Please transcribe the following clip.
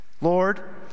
Lord